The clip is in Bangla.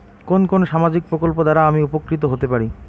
কোন কোন সামাজিক প্রকল্প দ্বারা আমি উপকৃত হতে পারি?